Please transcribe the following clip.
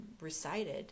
recited